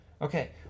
Okay